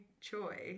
choice